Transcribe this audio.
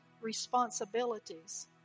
responsibilities